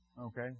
Okay